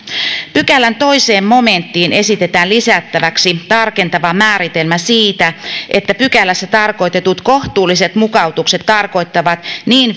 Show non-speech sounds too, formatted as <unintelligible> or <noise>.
pykälän toiseen momenttiin esitetään lisättäväksi tarkentava määritelmä siitä että pykälässä tarkoitetut kohtuulliset mukautukset tarkoittavat niin <unintelligible>